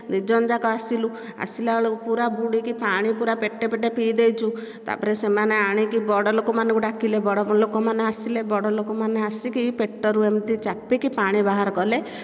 ଦୁଇଜଣଯାକ ଆସିଲୁ ଆସିଲା ବେଳକୁ ପୁରା ବୁଡ଼ିକି ପାଣି ପୁରା ପେଟେ ପେଟେ ପିଇ ଦେଇଛୁ ତାପରେ ସେମାନେ ଆଣିକି ବଡ଼ ଲୋକମାନଙ୍କୁ ଡାକିଲେ ବଡ଼ ଲୋକମାନେ ଆସିଲେ ବଡ଼ ଲୋକମାନେ ଆସିକି ପେଟରୁ ଏମିତି ଚାପିକି ପାଣି ବାହାର କଲେ